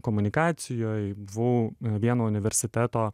komunikacijoj buvau vieno universiteto